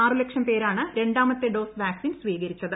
ആറു ലക്ഷം പേരാണ് രണ്ടാമത്തെ ഡോസ് വാക്സിൻ സ്വീകരിച്ചത്